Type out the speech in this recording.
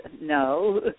No